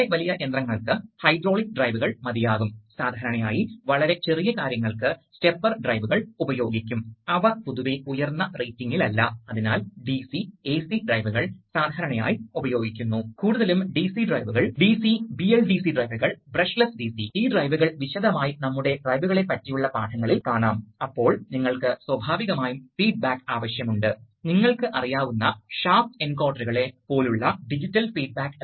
വാൽവിന്റെ യഥാർത്ഥ മാറ്റം നിങ്ങൾ പാതയിൽ ഒരു അറ സ്ഥാപിക്കുകയാണെങ്കിൽ സമ്മർദ്ദം വികസിപ്പിക്കാനും പ്രധാന വാൽവ് മാറ്റാനും കഴിയുന്നതിനുമുമ്പ് പൈലറ്റിൽ നിന്ന് വരുന്ന വായുവിന് ആ അറ നിറയ്ക്കാൻ കുറച്ച് സമയം ആവശ്യമാണ് അതിനാൽ സമയ കാലതാമസം ഉണ്ടാകും അതിനാൽ ഇപ്പോൾ ചേമ്പറിന്റെ വ്യാപ്തി അനുസരിച്ച് നിങ്ങൾക്ക് വ്യത്യസ്തമായ സമയ കാലതാമസം സൃഷ്ടിക്കാൻ കഴിയും